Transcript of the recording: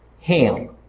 Ham